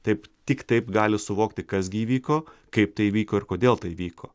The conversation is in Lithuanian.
taip tik taip gali suvokti kas gi įvyko kaip tai įvyko ir kodėl tai vyko